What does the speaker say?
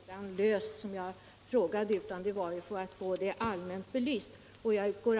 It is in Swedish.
Herr talman! Jag upprepar att syftet med min fråga inte var att få just detta spörsmål löst, utan att få en allmän belysning av läget.